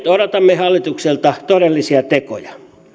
odotamme hallitukselta todellisia tekoja